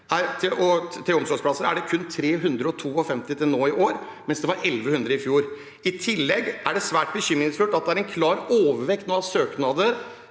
til omsorgsplasser er det kun 352 til nå i år, mens det var 1 100 i fjor. I tillegg er det svært bekymringsfullt at det nå er en klar overvekt av søknader